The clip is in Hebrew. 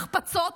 החפצות,